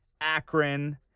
akron